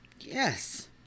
Yes